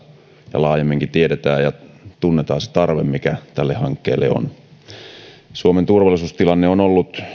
ja laajemminkin tiedetään ja tunnetaan se tarve mikä tälle hankkeelle on suomen turvallisuustilanne on ollut